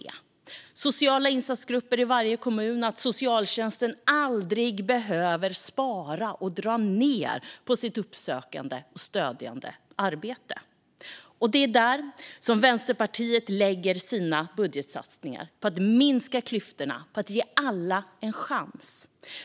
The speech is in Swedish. Det som behövs är sociala insatsgrupper i varje kommun och att socialtjänsten aldrig behöver spara och dra ned på sitt uppsökande och stödjande arbete. Och det är där Vänsterpartiet lägger sina budgetsatsningar: på att minska klyftorna och på att ge alla en chans.